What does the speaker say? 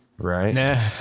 right